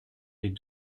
les